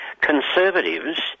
conservatives